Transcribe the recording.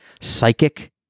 psychic